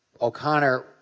O'Connor